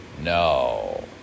No